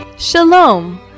Shalom